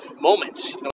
moments